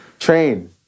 Train